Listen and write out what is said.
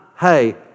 hey